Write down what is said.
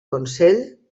consell